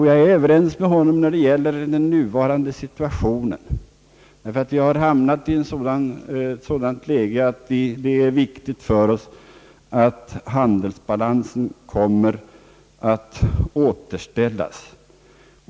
Jag är överens med honom om detta i nuvarande situation, ty vi har hamnat i ett sådant läge att det är viktigt för oss att handelsbalansen kan återställas.